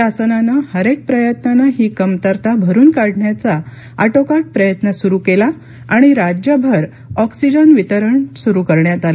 शासनाने हर एक प्रयत्नाने ही कमतरता भरून काढण्याचा आटोकाट प्रयत्न सुरु केला आणि राज्यभर ऑक्सिजन वितरण सुरु करण्यात आलं